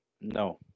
No